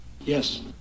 Yes